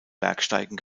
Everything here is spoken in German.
bergsteigen